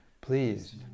please